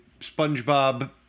SpongeBob